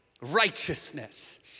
righteousness